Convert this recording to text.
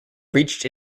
reached